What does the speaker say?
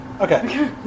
okay